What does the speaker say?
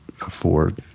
afford